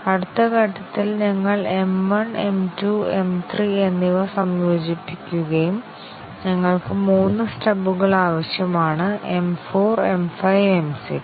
അടുത്ത ഘട്ടത്തിൽ ഞങ്ങൾ M 1 M 2 M 3 എന്നിവ സംയോജിപ്പിക്കുകയും ഞങ്ങൾക്ക് മൂന്ന് സ്റ്റബുകൾ ആവശ്യമാണ് M 4 M 5 M 6